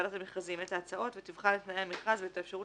ועדת המכרזים) את ההצעות ותבחן את תנאי המכרז ואת האפשרות